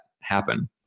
happen